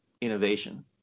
innovation